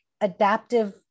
adaptive